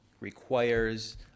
requires